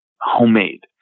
homemade